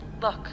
Look